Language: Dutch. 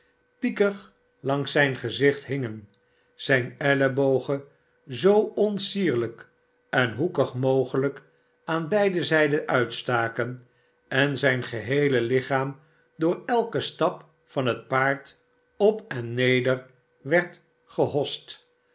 piekig langs zijn gezicht hingen zijne ellebogen zoo onsierlijk en hoekig mogelijk aan beide zijden uitstaken en zijn geheele lichaam door elken stap van het paard op en neder werd gehotst